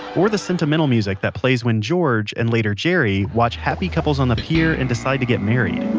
or the sentimental music that plays when george, and later jerry, watch happy couples on the pier and decide to get married